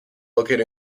located